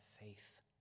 faith